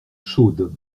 chaude